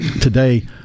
today